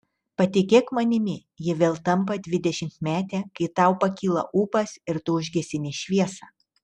patikėk manimi ji vėl tampa dvidešimtmetė kai tau pakyla ūpas ir tu užgesini šviesą